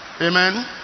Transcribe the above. Amen